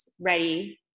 ready